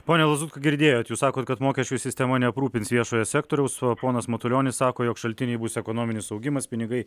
pone lazutka girdėjot jūs sakot kad mokesčių sistema neaprūpins viešojo sektoriaus o ponas matulionis sako jog šaltiniai bus ekonominis augimas pinigai